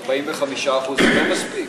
45% זה לא מספיק?